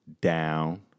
Down